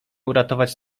uratować